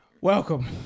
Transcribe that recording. welcome